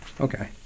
Okay